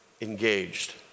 Engaged